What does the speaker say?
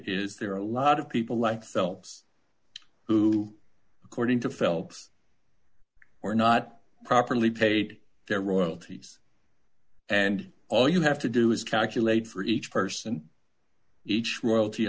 is there are a lot of people life else who according to phelps or not properly paid their royalties and all you have to do is calculate for each person each royalty